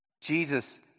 Jesus